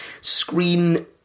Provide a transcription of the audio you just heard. screen